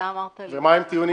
זה מאוד נחמד